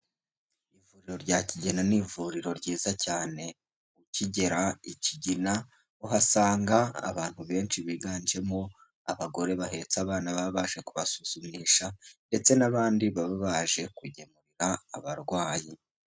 Ivuriro rya kigina ni ivuriro ryiza cyane, ukigera i kigina uhasanga abantu benshi biganjemo abagore bahetse abana baba baje kubasuzumisha, ndetse n'abandi baba baje kugemurira abarwayi.